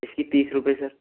इसकी तीस रुपये सर